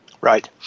Right